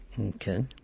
Okay